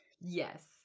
yes